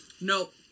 nope